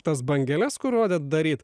tas bangeles kur rodėt daryt